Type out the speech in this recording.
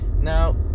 now